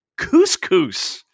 couscous